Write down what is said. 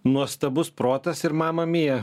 nuostabus protas ir mama mija